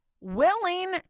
willing